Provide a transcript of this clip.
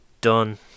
done